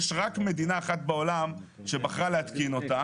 יש רק מדינה אחת בעולם שבחרה להתקין אותה